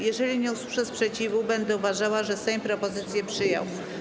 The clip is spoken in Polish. Jeżeli nie usłyszę sprzeciwu, będę uważała, że Sejm propozycję przyjął.